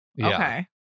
okay